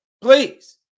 please